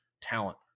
talent